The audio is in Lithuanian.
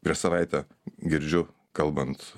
prieš savaitę girdžiu kalbant